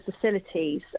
facilities